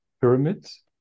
pyramids